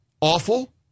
Awful